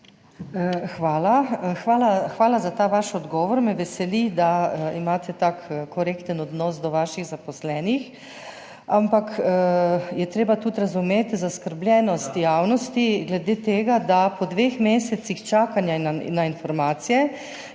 Hvala za ta vaš odgovor. Me veseli, da imate tak korekten odnos do vaših zaposlenih, ampak je treba tudi razumeti zaskrbljenost javnosti glede tega, da po dveh mesecih čakanja na informacije